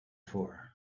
for